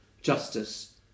justice